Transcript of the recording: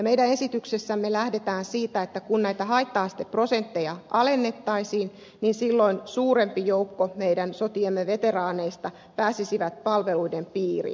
meidän esityksessämme lähdetään siitä että kun näitä haitta asteprosentteja alennettaisiin silloin suurempi joukko meidän sotiemme veteraaneista pääsisivät palveluiden piiriin